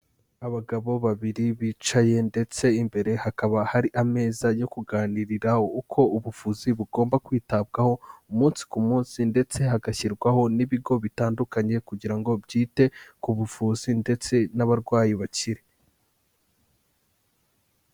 Abagabo babiri bicaye ndetse imbere hakaba hari ameza yo kuganiriraho uko ubuvuzi bugomba kwitabwaho, umunsi ku munsi ndetse hagashyirwaho n'ibigo bitandukanye kugira ngo byite ku buvuzi ndetse n'abarwayi bakire.